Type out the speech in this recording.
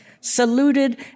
saluted